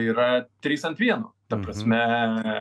yra trys ant vieno ta prasme